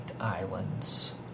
islands